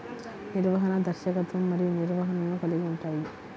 నిర్వహణ, దర్శకత్వం మరియు నిర్వహణను కలిగి ఉంటాయి